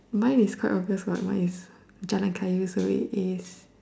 mine is quite obvious what mine is Jalan Kayu is already